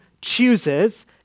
chooses